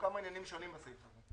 יש שם כמה עניינים שונים בסעיף הזה.